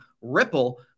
Ripple